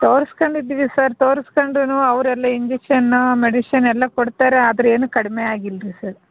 ತೋರ್ಸ್ಕಂಡಿದ್ದೀವಿ sir ತೋರ್ಸ್ಕಂಡ್ರು ಅವರೆಲ್ಲ injection medicine ಎಲ್ಲ ಕೊಡ್ತಾರೆ ಆದರೂ ಏನೂ ಕಡಿಮೆ ಆಗಿಲ್ಲರೀ ಸರ್